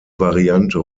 variante